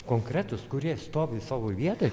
konkretūs kurie stovi savo vietoj